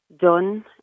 done